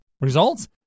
Results